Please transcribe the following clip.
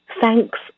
thanks